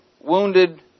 wounded